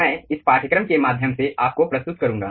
मैं इस पाठ्यक्रम के माध्यम से आपको प्रस्तुत करूंगा